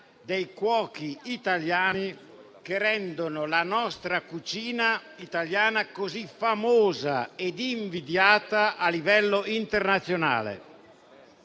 dei cuochi italiani, che rendono la nostra cucina italiana famosa e invidiata a livello internazionale.